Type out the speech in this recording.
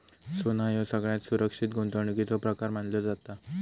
सोना ह्यो सगळ्यात सुरक्षित गुंतवणुकीचो प्रकार मानलो जाता